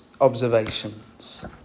observations